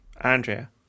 andrea